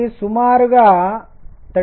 అది సుమారుగా 13